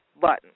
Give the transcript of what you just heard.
button